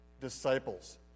disciples